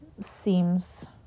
seems